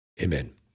Amen